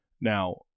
Now